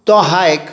तो हायक